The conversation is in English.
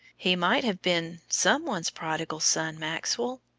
he might have been some one's prodigal son, maxwell.